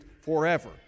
forever